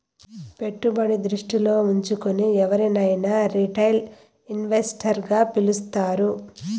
పెట్టుబడి దృష్టిలో ఉంచుకుని ఎవరినైనా రిటైల్ ఇన్వెస్టర్ గా పిలుస్తారు